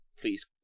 please